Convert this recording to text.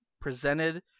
presented